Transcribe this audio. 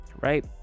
right